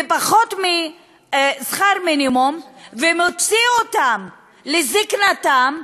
בפחות משכר מינימום, ומוציא אותן, בזיקנתן,